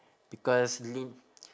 because ly~